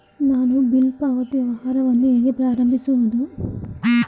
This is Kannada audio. ನಾನು ಬಿಲ್ ಪಾವತಿ ವ್ಯವಹಾರವನ್ನು ಹೇಗೆ ಪ್ರಾರಂಭಿಸುವುದು?